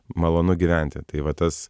malonu gyventi tai va tas